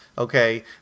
Okay